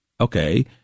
okay